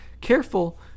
careful